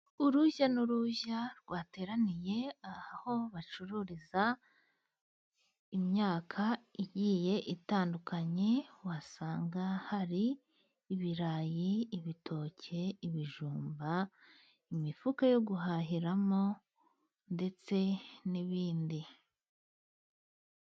Urujya n'uruza rwateraniye aho bacururiza imyaka igiye itandukanye usanga hari ibirayi ,ibitoke, ibijumba, imifuka yo guhahiramo ndetse n'ibindi.